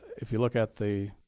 if you look at the